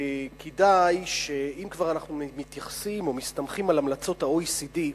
כדאי שאם כבר אנחנו מתייחסים או מסתמכים על המלצות ה-OECD,